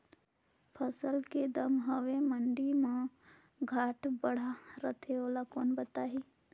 फसल के दम हवे मंडी मा घाट बढ़ा रथे ओला कोन बताही?